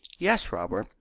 yes, robert.